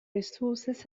resources